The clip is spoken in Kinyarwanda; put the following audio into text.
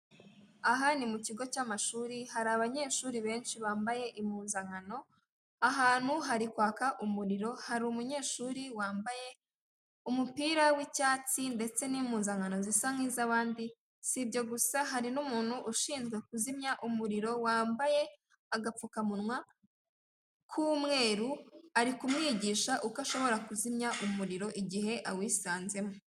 Aha ni mu kigo cy'amashuri, hari abanyeshuri benshi bambaye impuzankano, ahantu hari kwaka umuriro hari umunyeshuri wambaye umupira w'icyatsi ndetse n'impuzankano zisa nk'iz'abandi, si ibyo gusa, hari n'umuntu ushinzwe kuzimya umuriro wambaye agapfukamunwa k'umweru, ari kumwigisha uko ashobora kuzimya umuriro igihe awisanzemo.